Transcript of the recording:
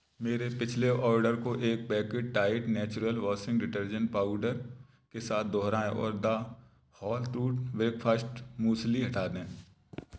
मेरे पिछले आर्डर को एक packet Tide natural washing detergent powder के साथ दोहराएँ और the whole truth breakfast muesli हटा दें